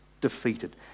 defeated